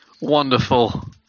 Wonderful